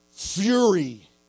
Fury